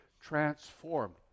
transformed